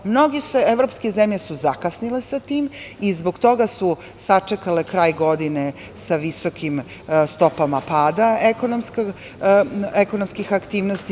Mnoge evropske zemlje su zakasnile sa tim i zbog toga su sačekale kraj godine sa visokim stopama pada ekonomskih aktivnosti.